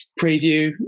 preview